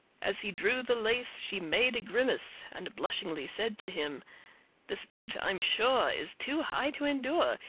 as he drew the lace she made a grimace, and blushingly said to him this boot, i'm sure, is too high to endure,